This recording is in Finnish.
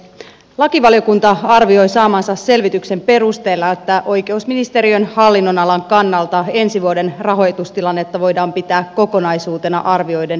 lakivaliokunta arvioi saamansa selvityksen perusteella että oikeusministeriön hallinnonalan kannalta ensi vuoden rahoitustilannetta voidaan pitää kokonaisuutena arvioiden tyydyttävänä